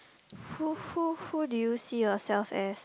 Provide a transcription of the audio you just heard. who who who did you see yourself as